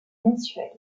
mensuelle